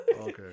okay